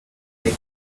make